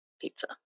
pizza